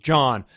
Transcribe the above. John